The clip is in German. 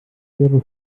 leere